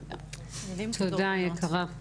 תודה, יקרה.